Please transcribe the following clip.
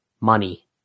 Money